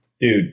Dude